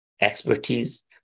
expertise